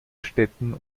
städten